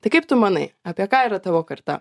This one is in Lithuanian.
tai kaip tu manai apie ką yra tavo karta